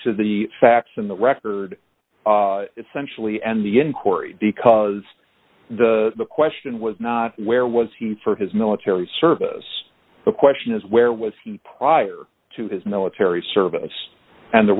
to the facts in the record essentially and the inquiry because the question was not where was he for his military service the question is where was he prior to his military service and the